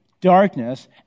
darkness